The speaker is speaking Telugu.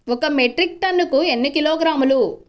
ఒక మెట్రిక్ టన్నుకు ఎన్ని కిలోగ్రాములు?